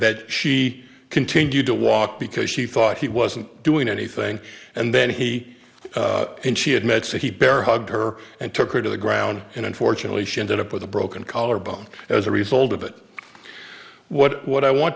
that she continued to walk because she thought he wasn't doing anything and then he and she admits that he bear hugged her and took her to the ground and unfortunately she ended up with a broken collarbone as a result of it what what i want